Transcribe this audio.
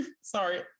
sorry